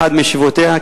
באחת מישיבותיה,